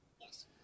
Yes